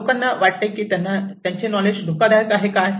लोकांना काय वाटते की त्यांचे नॉलेज धोकादायक आहे काय